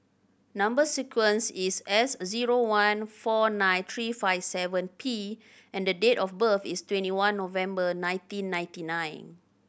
number sequence is S zero one four nine three five seven P and the date of birth is twenty one November nineteen ninety nine